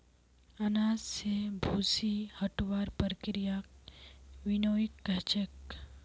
अनाज स भूसी हटव्वार प्रक्रियाक विनोइंग कह छेक